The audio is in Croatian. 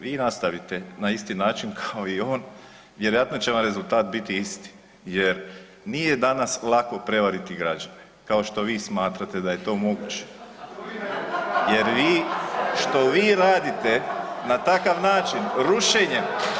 Vi nastavite na isti način kao i on vjerojatno će vam rezultat biti isti jer nije danas lako prevariti građane kao što vi smatrate da je to moguće jer što vi radite na takav način rušenjem.